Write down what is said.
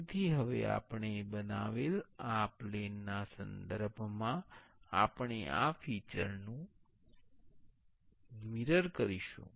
તેથી હવે આપણે બનાવેલ આ પ્લેન ના સંદર્ભમાં આપણે આ ફિચર નું મિરર કરીશું